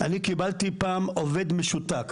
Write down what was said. אני קיבלתי פעם עובד משותק.